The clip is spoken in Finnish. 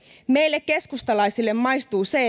meille keskustalaisille maistuu se